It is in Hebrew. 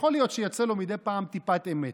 יכול להיות שיוצאת לו מדי פעם טיפת אמת.